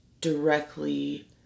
directly